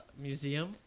museum